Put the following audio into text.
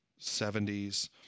70s